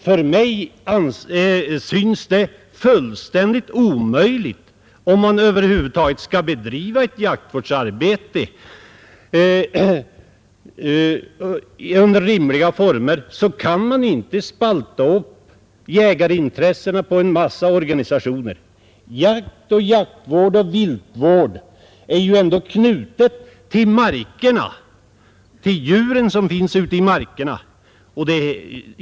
För mig synes det fullständigt omöjligt. Om man över huvud taget skall bedriva ett jaktvårdsarbete under rimliga former, så kan man inte spalta upp jägarintressena på en massa organisationer. Jakt, jaktvård och viltvård är ändå något som är knutet till markerna, till djuren som finns där.